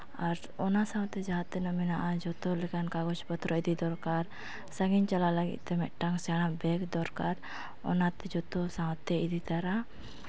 ᱟᱨ ᱚᱱᱟ ᱥᱟᱶᱛᱮ ᱡᱟᱦᱟᱸ ᱛᱤᱱᱟᱹᱜ ᱢᱮᱱᱟᱜᱼᱟ ᱡᱚᱛᱚ ᱞᱮᱠᱟᱱ ᱠᱟᱜᱚᱡᱽ ᱯᱚᱛᱨᱚ ᱤᱫᱤ ᱫᱚᱨᱠᱟᱨ ᱥᱟᱺᱜᱤᱧ ᱪᱟᱞᱟᱜ ᱞᱟᱹᱜᱤᱫᱼᱛᱮ ᱢᱤᱫᱴᱟᱱ ᱥᱮᱬᱟ ᱵᱮᱜᱽ ᱫᱚᱨᱠᱟᱨ ᱚᱱᱟᱛᱮ ᱡᱚᱛᱚ ᱥᱟᱶᱛᱮ ᱤᱫᱤ ᱛᱚᱨᱟ